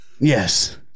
yes